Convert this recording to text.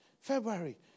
February